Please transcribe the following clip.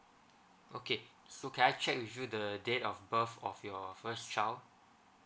okay so can I check with you the date of birth of your first child